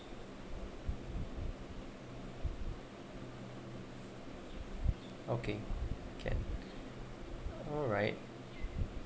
okay can alright